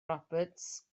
roberts